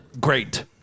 Great